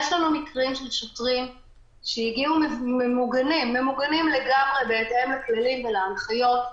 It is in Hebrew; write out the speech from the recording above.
יש לנו מקרים של שוטרים שהגיעו ממוגנים לגמרי בהתאם לכללים ולהנחיות,